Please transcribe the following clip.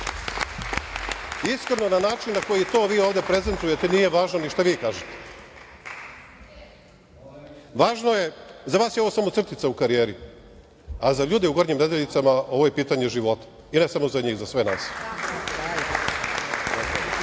Iskreno, na način koji to vi ovde prezentujete, nije važno ni šta vi kažete.Za vas je ovo samo crtica u karijeri, a za ljude u Gornjim Nedeljicama ovo je pitanje života, i ne samo za njih, za sve nas. Vi